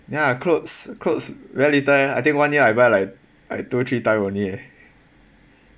ya clothes clothes very little I think one year I buy like like two three time only eh